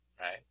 right